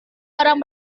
orang